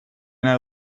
naar